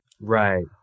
right